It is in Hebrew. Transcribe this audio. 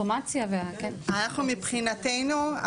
אנחנו מבחינתנו,